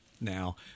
now